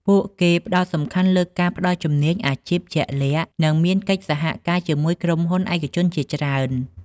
ពួកគេផ្ដោតសំខាន់លើការផ្ដល់ជំនាញអាជីពជាក់លាក់ និងមានកិច្ចសហការជាមួយក្រុមហ៊ុនឯកជនជាច្រើន។